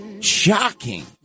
Shocking